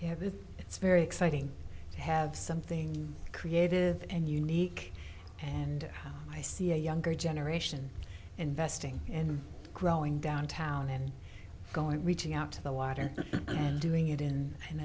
it it's very exciting to have something creative and unique and i see a younger generation investing and growing downtown and going reaching out to the water and doing it